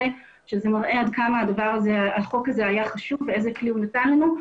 שזה מראה עד כמה החוק הזה היה חשוב ואיזה כלי הוא נתן לנו.